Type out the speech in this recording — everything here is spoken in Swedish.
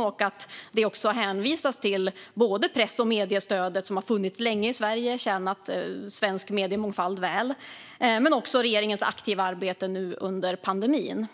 och att det hänvisas till både presstödet och mediestödet, som har funnits länge i Sverige och tjänat svensk mediemångfald väl, och till regeringens aktiva arbete under pandemin.